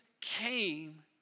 came